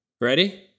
Ready